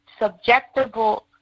subjectable